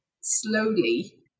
slowly